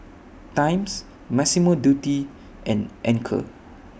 Times Massimo Dutti and Anchor